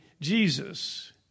Jesus